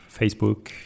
Facebook